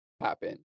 happen